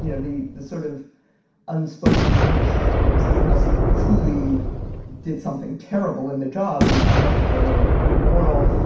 you know, the, the sort of unspoken understanding was, unless you truly did something terrible in the job, you know, unethical or immoral,